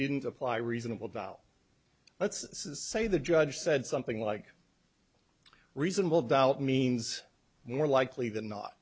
didn't apply reasonable doubt let's say the judge said something like reasonable doubt means more likely than not